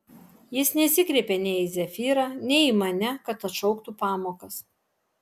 jis nesikreipė nei į zefyrą nei į mane kad atšauktų pamokas